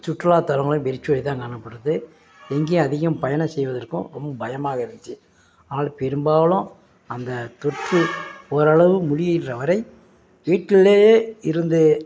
சுற்றுலா தலங்களும் வெறிச்சோடி தான் காணப்படுது எங்கேயும் அதிகமாக பயணம் செய்வதற்கும் ரொம்ப பயமாக இருந்துச்சு அதனால் பெரும்பாலும் அந்த தொற்று ஓரளவு முடிகின்ற வரை வீட்லேயே இருந்து